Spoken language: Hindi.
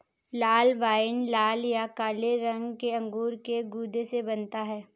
लाल वाइन लाल या काले रंग के अंगूर के गूदे से बनता है